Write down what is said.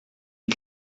dis